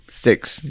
sticks